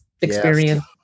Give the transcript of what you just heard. experience